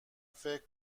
فکر